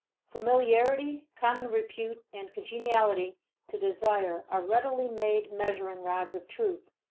familiarity, common repute, and congeniality to desire are readily made measuring rods of truth.